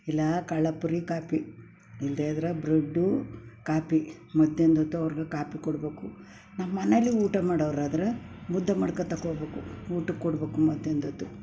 ಇಲ್ಲ ಕಳ್ಳ ಪುರಿ ಕಾಪಿ ಇಲ್ಲದೆ ಇದ್ರೆ ಬ್ರೆಡ್ಡು ಕಾಪಿ ಮಧ್ಯಾಹ್ನದ್ ಹೊತ್ತು ಅವ್ರ್ಗೆ ಕಾಪಿ ಕೊಡಬೇಕು ನಮ್ಮ ಮನೆಯಲ್ಲಿ ಊಟ ಮಾಡೋವ್ರಾದ್ರ ಮುದ್ದೆ ಮಾಡ್ಕೊ ತಗೊ ಹೋಗಬೇಕು ಊಟಕ್ಕೆ ಕೊಡಬೇಕು ಮಧ್ಯಾಹ್ನದ್ ಹೊತ್ತು